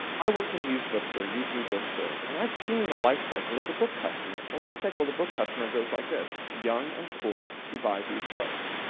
i worked in a used bookstore, used-new bookstore, and i've seen the life cycle of the book customer. the life cycle of the book customer goes like this young and poor, who buys his books.